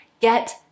get